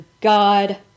God